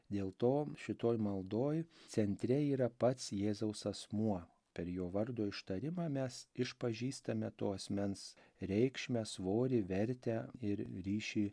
dėl to šitoj maldoj centre yra pats jėzaus asmuo per jo vardo ištarimą mes išpažįstame to asmens reikšmę svorį vertę ir ryšį